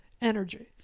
energy